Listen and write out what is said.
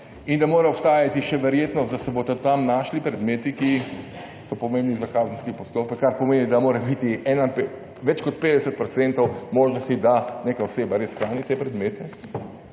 in da mora obstajati še verjetnost, da se bodo tam našli predmeti, ki so pomembni za kazenski postopek, kar pomeni, da mora biti več kot 50 % možnosti, da neka oseba res hrani te predmete,